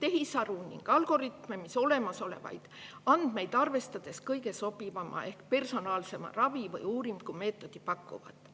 tehisaru ja algoritme, mis olemasolevaid andmeid arvestades kõige sobivama ehk personaalsema ravi või uuringumeetodi pakuvad.